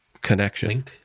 connection